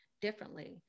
differently